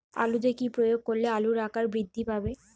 আলুতে কি প্রয়োগ করলে আলুর আকার বৃদ্ধি পাবে?